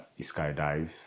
skydive